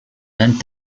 bent